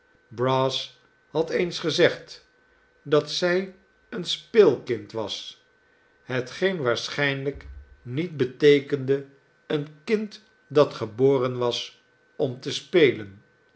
brass had eens gezegd dat zij een speelkind was hetgeen waarschijnlijk niet beteekende een kind dat geboren was om te spelen